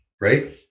right